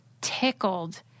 tickled